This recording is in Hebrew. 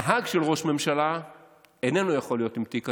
נהג של ראש ממשלה איננו יכול להיות עם תיק כזה.